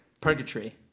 Purgatory